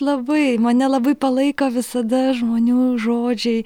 labai mane labai palaiko visada žmonių žodžiai